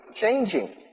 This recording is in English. changing